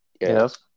Yes